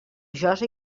josa